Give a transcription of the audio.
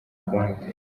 rwanda